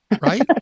right